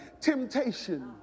temptation